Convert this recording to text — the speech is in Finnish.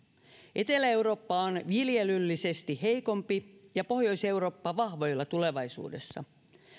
etelä eurooppa on viljelyllisesti heikompi ja pohjois eurooppa vahvoilla tulevaisuudessa